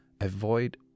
avoid